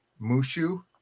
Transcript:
Mushu